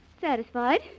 Satisfied